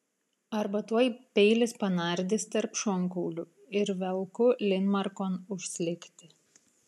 arba tuoj peilis panardys tarp šonkaulių ir velku linmarkon užslėgti